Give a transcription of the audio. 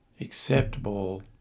acceptable